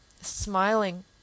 smiling